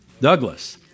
Douglas